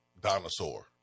dinosaur